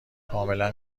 کاملا